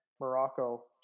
Morocco